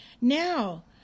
Now